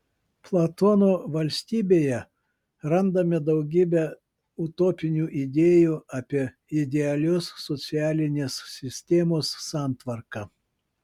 platono valstybėje randame daugybę utopinių idėjų apie idealios socialinės sistemos santvarką